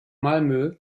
malmö